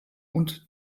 und